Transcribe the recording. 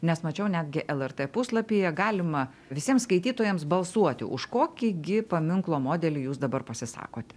nes mačiau netgi lrt puslapyje galima visiems skaitytojams balsuoti už kokį gi paminklo modelį jūs dabar pasisakote